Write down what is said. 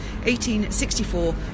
1864